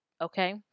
Okay